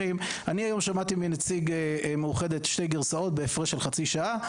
שמעתי מנציג מאוחדת שתי גרסאות בהפרש של חצי שעה,